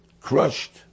crushed